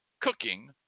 Cooking